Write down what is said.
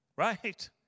right